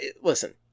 listen